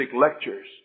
lectures